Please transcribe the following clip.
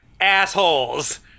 assholes